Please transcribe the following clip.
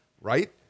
right